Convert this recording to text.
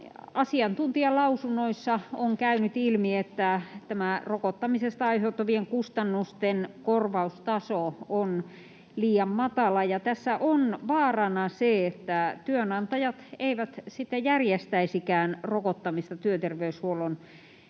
Asiantuntijalausunnoissa on käynyt ilmi, että tämä rokottamisesta aiheutuvien kustannusten korvaustaso on liian matala, ja tässä on vaarana se, että työnantajat eivät sitten järjestäisikään rokottamista työterveyshuollon